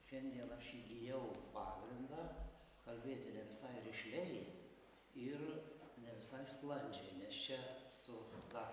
šiandien aš įgijau pagrindą kalbėti ne visai rišliai ir ne visai sklandžiai nes čia su ta